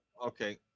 Okay